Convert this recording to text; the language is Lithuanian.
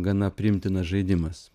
gana priimtinas žaidimas